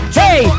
hey